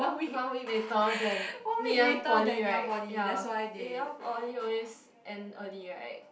one week later than Ngee-Ann Poly right ya Ngee-Ann Poly always end early right